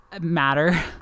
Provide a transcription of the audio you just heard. matter